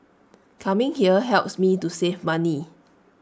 coming here helps me to save money